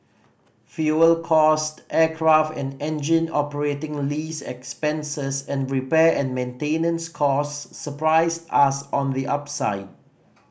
fuel cost aircraft and engine operating lease expenses and repair and maintenance costs surprised us on the upside